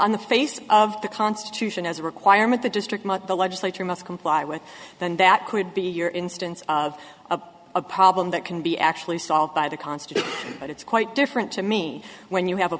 on the face of the constitution as a requirement the district must the legislature must comply with then that could be your instance of a problem that can be actually solved by the constitution but it's quite different to me when you have a